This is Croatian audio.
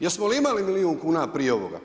Jesmo li imali milijun kuna prije ovoga?